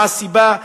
מה הסיבה?